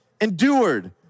endured